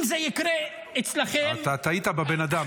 אם זה יקרה אצלכם --- אתה טעית בבן אדם,